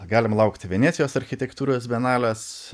galim laukt venecijos architektūros bienalės